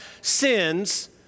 sins